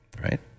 right